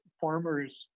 farmers